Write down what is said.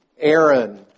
Aaron